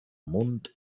munt